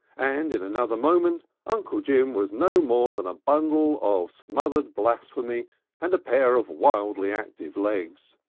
and in another moment uncle jim was no more than a bundle of smothered blasphemy and a pair of wildly active legs.